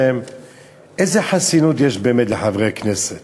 איזו חסינות יש באמת לחברי כנסת?